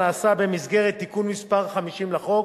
נעשה במסגרת תיקון מס' 50 לחוק,